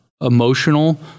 emotional